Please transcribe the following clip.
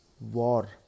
war